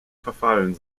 verfallen